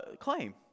claim